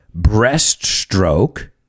breaststroke